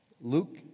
Luke